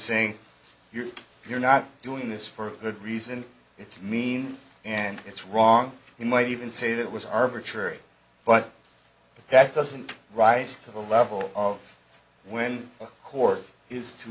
saying you're you're not doing this for a good reason it's mean and it's wrong you might even say that it was arbitrary but that doesn't rise to the level of when a cour